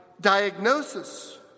diagnosis